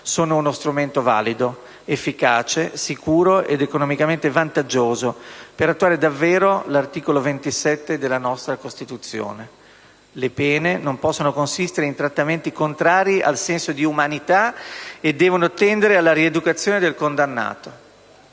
sono uno strumento valido, efficace, sicuro ed economicamente vantaggioso per attuare davvero l'articolo 27 della nostra Costituzione: «Le pene non possono consistere in trattamenti contrari al senso di umanità e devono tendere alla rieducazione del condannato».